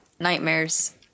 nightmares